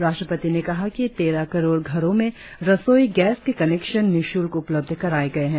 राष्ट्रपति ने कहा कि तेरह करोड़ घरों में रसोई गैस के कनेक्शन निःशुल्क उपलब्ध कराए गए हैं